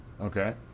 okay